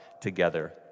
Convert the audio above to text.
together